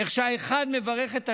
איך שהאחד מברך את השני,